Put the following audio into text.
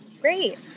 Great